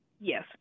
Yes